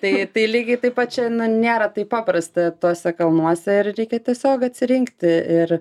tai tai lygiai taip pat čia nėra taip paprasta tuose kalnuose ir reikia tiesiog atsirinkti ir